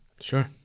Sure